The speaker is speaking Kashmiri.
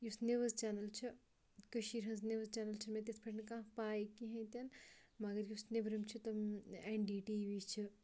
یُس نِوٕز چَنَل چھِ کٔشیٖرِ ہِنٛز نِوٕز چَنَل چھِ مےٚ تِتھ پٲٹھۍ نہٕ کانٛہہ پاے کِہیٖنۍ تہِ نہٕ مگر یُس نٮ۪برِم چھِ تِم ایٚن ڈی ٹی وی چھِ